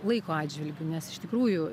laiko atžvilgiu nes iš tikrųjų